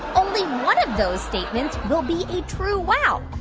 only one of those statements will be a true wow.